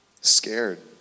Scared